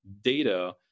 data